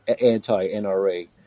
anti-NRA